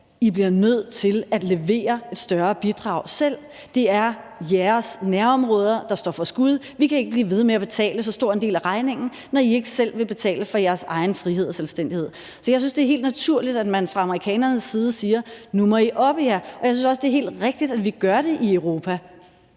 I bliver nødt til at levere et større bidrag selv, det er jeres nærområder, der står for skud. Vi kan ikke blive ved med at betale så stor en del af regningen, når I ikke selv vil betale for jeres egen frihed og selvstændighed. Så jeg synes, det er helt naturligt, at man fra amerikanernes side siger, at nu må I oppe jer, og jeg synes også, det er helt rigtigt, at vi gør det i Europa.